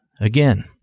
again